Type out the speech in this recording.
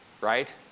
Right